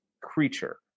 creature